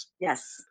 Yes